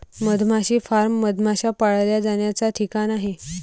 मधमाशी फार्म मधमाश्या पाळल्या जाण्याचा ठिकाण आहे